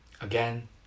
Again